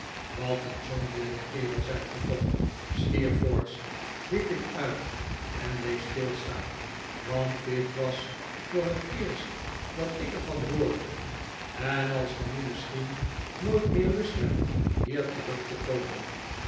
wat een zonderlinge kerel zijt ge toch steerforth riep ik uit en bleef stilstaan want dit was voor het eerst dat ik er van hoorde en als ge nu misschden nooit meer lust hebt hier terug te komen